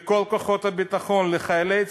לכל כוחות הביטחון, לחיילי צה"ל,